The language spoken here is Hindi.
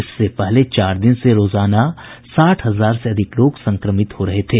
इससे पहले चार दिन से रोजाना साठ हजार से अधिक लोग संक्रमित हो रहे थे